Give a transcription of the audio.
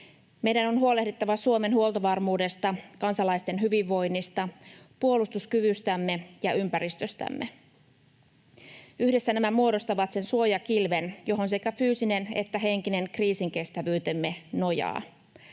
meidän on huolehdittava Suomen huoltovarmuudesta, kansalaisten hyvinvoinnista, puolustuskyvystämme ja ympäristöstämme. Yhdessä nämä muodostavat sen suojakilven, johon sekä fyysinen että henkinen kriisinkestävyytemme nojaa.